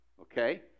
Okay